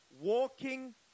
walking